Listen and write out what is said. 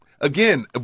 again